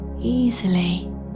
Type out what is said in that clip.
easily